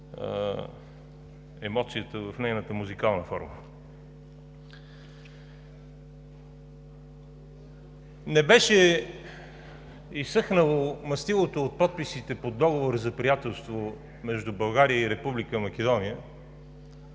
емоцията в нейната музикална форма. Не беше изсъхнало мастилото от подписите под Договора за приятелство между България и Република Македония,